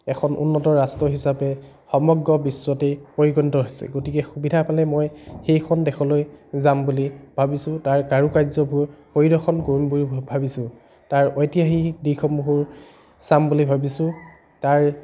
এখন উন্নত ৰাষ্ট্ৰ হিচাপে সমগ্ৰ বিশ্বতেই পৰিগণিত হৈছে গতিকে সুবিধা পালেই মই সেইখন দেশলৈ যাম বুলি ভাবিছোঁ তাৰ কাৰু কাৰ্যবোৰ পৰিদৰ্শন কৰিম বুলি ভাবিছোঁ তাৰ ঐতিহাসিক দিশসমূহো চাম বুলি ভাবিছোঁ তাৰ